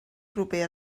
proper